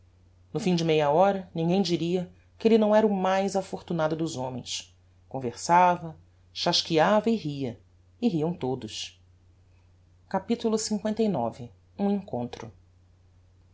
no fim de meia hora ninguem diria que elle não era o mais afortunado dos homens conversava chasqueava e ria e riam todos capitulo lix um encontro